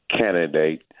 candidate